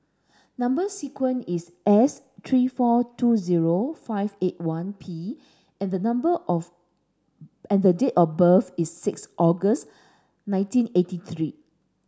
number sequence is S three four two zero five eight one P and the number of and the date of birth is six August nineteen eighty three